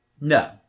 No